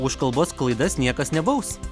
už kalbos klaidas niekas nebaus